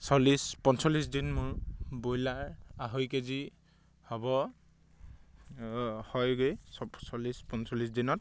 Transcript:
চল্লিছ পঞ্চল্লিছ দিন মোৰ ব্ৰইলাৰ আঢ়ৈ কে জি হ'ব হয়গৈ চল্লিছ পঞ্চল্লিছ দিনত